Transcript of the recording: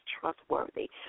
trustworthy